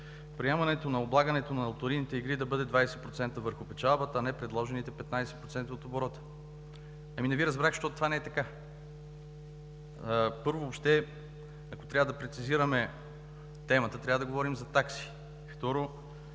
приемането на облагането на лотарийните игри да бъде 20% върху печалбата, а не предложените 15% от оборота?“ Ами не Ви разбрах, защото това не е така. Първо, въобще, ако трябва да прецизираме темата, трябва да говорим за такси.